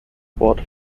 wort